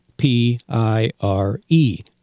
P-I-R-E